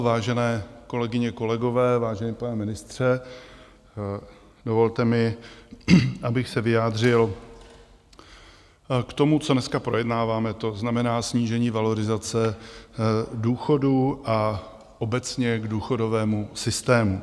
Vážené kolegyně, kolegové, vážený pane ministře, dovolte mi, abych se vyjádřil k tomu, co dneska projednáváme, to znamená snížení valorizace důchodů a obecně k důchodovému systému.